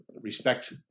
respect